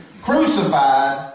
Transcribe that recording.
crucified